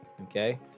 Okay